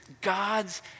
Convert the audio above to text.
God's